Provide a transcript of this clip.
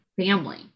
family